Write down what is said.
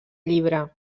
llibre